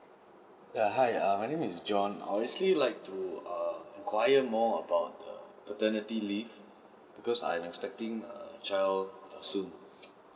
ya hi uh my name is john I will still like to err enquire more about the paternity leave because I'm expecting err a child err soon